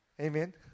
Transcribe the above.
Amen